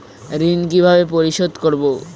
ঋণ কিভাবে পরিশোধ করব?